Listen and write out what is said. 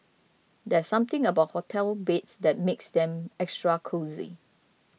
there's something about hotel beds that makes them extra cosy